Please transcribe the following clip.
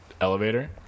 elevator